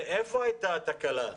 היכן הייתה התקלה?